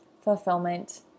fulfillment